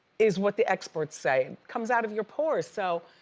is what the experts say, comes out of your pores. so,